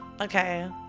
Okay